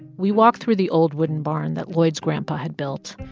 we walked through the old wooden barn that lloyd's grandpa had built,